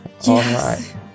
Yes